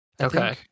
Okay